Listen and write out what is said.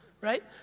right